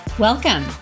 Welcome